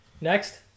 Next